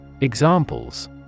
Examples